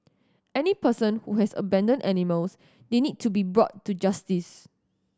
any person who has abandoned animals they need to be brought to justice